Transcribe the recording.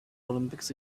olympics